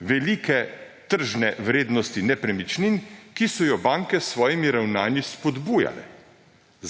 velike tržne vrednosti nepremičnin, ki so jo banke s svojimi ravnanji spodbujale.